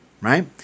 Right